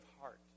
heart